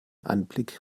anblick